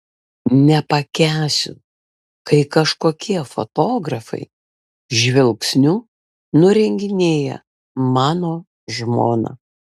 nepakęsiu kai kažkokie fotografai žvilgsniu nurenginėja mano žmoną